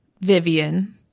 Vivian